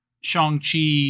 Shang-Chi